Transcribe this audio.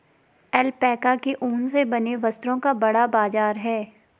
alpaca के ऊन से बने वस्त्रों का बड़ा बाजार है